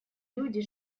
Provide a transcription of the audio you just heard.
люди